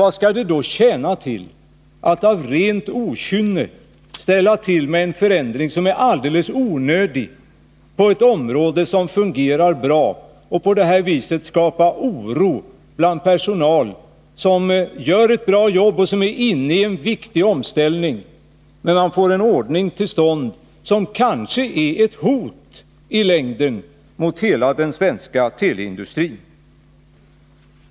Vad tjänar det då till att av rent okynne ställa till med en förändring som är alldeles onödig, på ett område där det fungerar bra? På det viset skapar man ju oro bland personal som gör ett bra jobb och som är inne i en viktig omställning. Man får en ordning som kanske i längden blir ett hot mot hela den svenska teleindustrin.